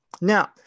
Now